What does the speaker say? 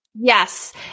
Yes